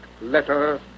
Letter